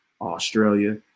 Australia